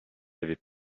avait